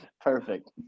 Perfect